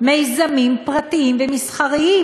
מיזמים פרטיים ומסחריים.